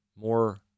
more